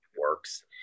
works